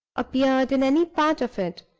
appeared in any part of it.